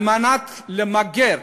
על מנת למגר